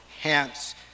Hence